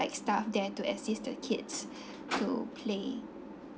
like staff there to assist the kids to play